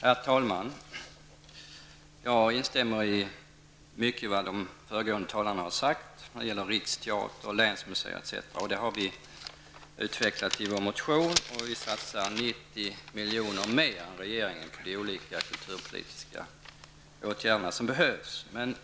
Herr talman! Jag instämmer i mycket av vad de föregående talarna har sagt när det gäller riksteatern, länsmuseer etc. Det har vi utvecklat i vår motion. Vi vill satsa 90 milj.kr. mer än regeringen på de olika kulturpolitiska åtgärder som behövs.